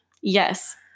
Yes